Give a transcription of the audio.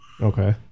okay